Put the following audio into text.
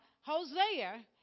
Hosea